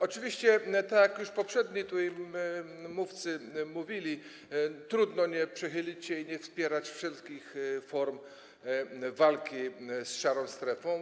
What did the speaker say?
Oczywiście, tak jak już poprzedni mówcy mówili, trudno nie przychylić się do tego i nie wspierać wszelkich form walki z szarą strefą.